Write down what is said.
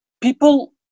people